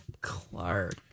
Clark